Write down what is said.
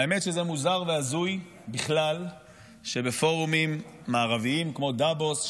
האמת שזה מוזר והזוי בכלל שבפורומים מערביים כמו דאבוס,